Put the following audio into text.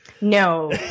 No